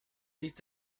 this